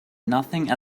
nothing